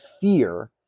fear